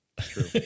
True